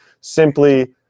simply